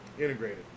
Integrated